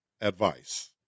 advice